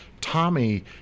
Tommy